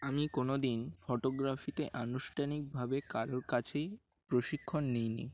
আমি কোনো দিন ফটোগ্রাফিতে আনুষ্ঠানিকভাবে কারোর কাছেই প্রশিক্ষণ নিইনি